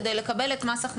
כדי לקבל את מס הכנסה שלילי.